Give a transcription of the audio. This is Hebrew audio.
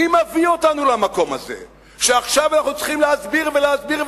מי מביא אותנו למקום הזה שעכשיו אנחנו צריכים להסביר ולהסביר,